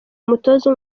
umutoza